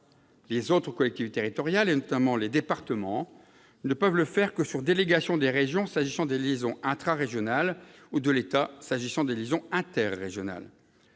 Les autres collectivités territoriales, notamment les départements, ne peuvent le faire que par délégation des régions, s'agissant des liaisons intrarégionales, ou de l'État, s'agissant des liaisons interrégionales.